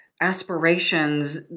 aspirations